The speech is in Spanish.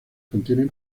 contienen